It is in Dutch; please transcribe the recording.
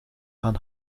aan